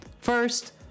First